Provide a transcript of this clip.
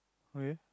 okay